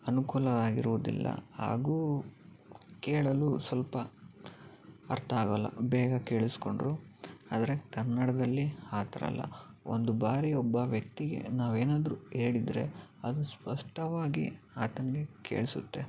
ಅನುಕೂಲ ಆಗಿರುವುದಿಲ್ಲ ಹಾಗೂ ಕೇಳಲು ಸ್ವಲ್ಪ ಅರ್ಥ ಆಗಲ್ಲ ಬೇಗ ಕೇಳ್ಸ್ಕೊಂಡ್ರು ಆದರೆ ಕನ್ನಡದಲ್ಲಿ ಆ ಥರ ಅಲ್ಲ ಒಂದು ಬಾರಿ ಒಬ್ಬ ವ್ಯಕ್ತಿಗೆ ನಾವು ಏನಾದರೂ ಹೇಳಿದ್ರೆ ಅದು ಸ್ಪಷ್ಟವಾಗಿ ಆತನಿಗೆ ಕೇಳಿಸುತ್ತೆ